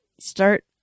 start